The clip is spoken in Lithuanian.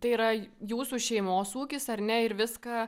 tai yra jūsų šeimos ūkis ar ne ir viską